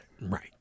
right